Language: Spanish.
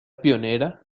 pionera